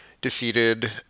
defeated